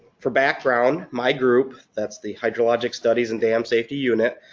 for background, my group, that's the hydrologic studies and dam safety unit,